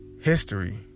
history